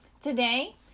Today